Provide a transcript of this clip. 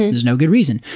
there's no good reason.